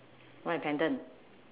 why a pendant